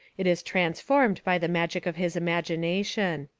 it is trans formed by the magic of his imagination.